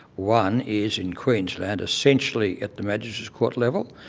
one is in queensland essentially at the magistrate court level,